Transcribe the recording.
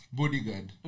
bodyguard